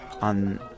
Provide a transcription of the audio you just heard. on